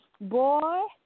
Boy